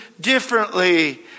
differently